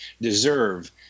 deserve